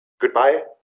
Goodbye